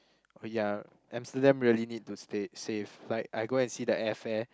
oh ya Amsterdam really need to stay save like I go and see the air fare